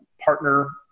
partner